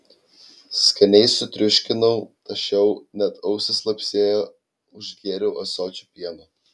skaniai sutriuškinau tašiau net ausys lapsėjo užgėriau ąsočiu pieno